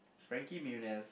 Frankie-Muniz